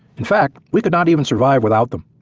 in fact, we could not even survive without them.